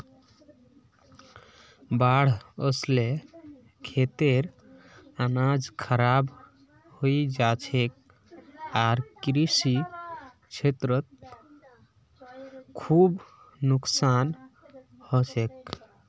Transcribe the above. बाढ़ वस ल खेतेर अनाज खराब हई जा छेक आर कृषि क्षेत्रत खूब नुकसान ह छेक